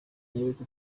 mwibuke